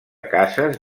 cases